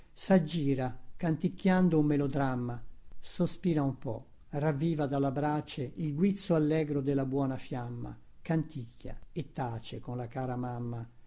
pace saggira canticchiando un melodramma sospira un po ravviva dalla brace il guizzo allegro della buona fiamma canticchia e tace con la cara mamma